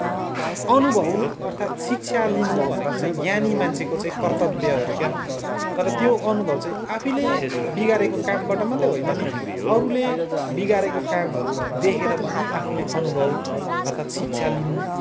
अनुभव अर्थात शिक्षा लिनु भनेको चाहिँ ज्ञानी मान्छेको चाहिँ कर्तव्य अरे क्या तर त्यो अनुभव चाहिँ आफैले बिगारेको कामबाट मात्रै होइन नि अरूले बिगारेको कामहरू देखेर पनि आफूले अनुभव अर्थात शिक्षा लिनु